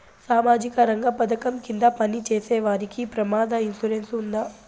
సామాజిక రంగ పథకం కింద పని చేసేవారికి ప్రమాద ఇన్సూరెన్సు ఉందా?